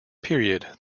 period